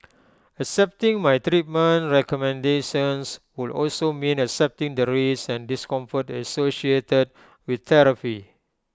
accepting my treatment recommendations would also mean accepting the risks and discomfort associated with therapy